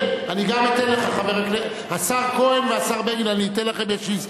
השר כהן והשר בגין, אני אתן לכם.